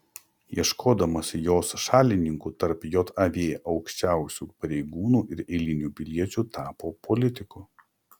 ieškodamas jos šalininkų tarp jav aukščiausių pareigūnų ir eilinių piliečių tapo politiku